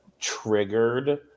triggered